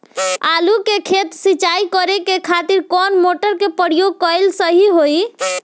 आलू के खेत सिंचाई करे के खातिर कौन मोटर के प्रयोग कएल सही होई?